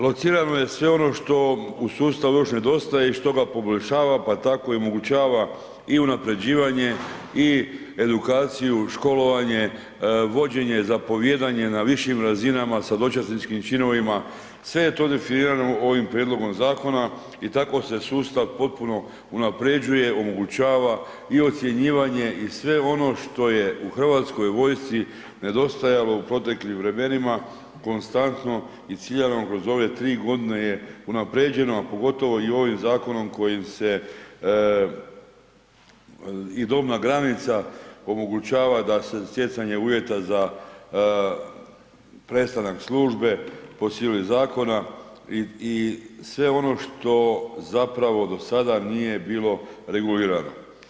Locirano je sve ono što u sustavu još nedostaje i što ga poboljšava, pa tako i omogućava i unapređivanje i edukaciju, školovanje, vođenje, zapovijedanje na višim razinama sa dočasničkim činovima, sve je to definirano ovim prijedlogom zakona i tako se sustav potpuno unapređuje, omogućava i ocjenjivanje i sve ono što je u Hrvatskoj vojsci nedostajalo u proteklim vremenima konstantno i ciljano kroz ove 3 godine je unaprjeđeno, a pogotovo i ovim zakonom kojim se i dobna granica omogućava da se stjecanje uvjeta za prestanak službe po sili zakona i sve ono što zapravo do sada nije bilo regulirano.